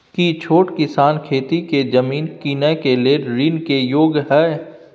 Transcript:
की छोट किसान खेती के जमीन कीनय के लेल ऋण के योग्य हय?